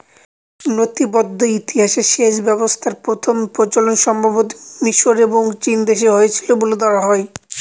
নথিবদ্ধ ইতিহাসে সেচ ব্যবস্থাপনার প্রথম প্রচলন সম্ভবতঃ মিশর এবং চীনদেশে হয়েছিল বলে ধরা হয়